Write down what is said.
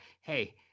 hey